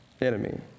enemy